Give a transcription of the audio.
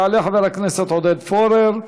יעלה חבר הכנסת עודד פורר,